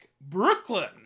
Brooklyn